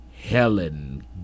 Helen